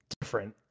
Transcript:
different